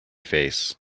face